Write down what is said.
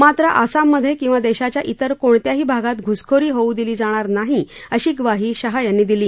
मात्र आसाममधे किंवा देशाच्या तिर कोणत्याही भागात घुसखोरी होऊ दिली जाणार नाही अशी ग्वाही शहा यांनी दिली